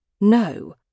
No